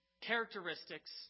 characteristics